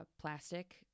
plastic